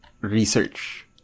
research